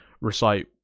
recite